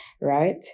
right